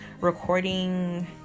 recording